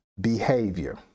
behavior